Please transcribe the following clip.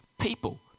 people